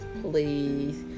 Please